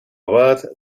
abad